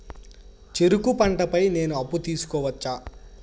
చెరుకు పంట పై నేను అప్పు తీసుకోవచ్చా?